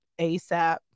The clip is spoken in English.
ASAP